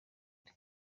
nde